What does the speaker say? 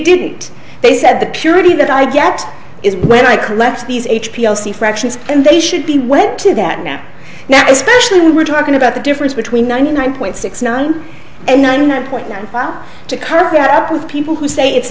didn't they said the purity that i get is when i collect these h p l c fractions and they should be went to that now now especially when we're talking about the difference between ninety nine point six nine and nine point nine five to combat with people who say it's